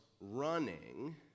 running